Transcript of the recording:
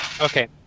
Okay